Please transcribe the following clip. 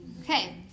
okay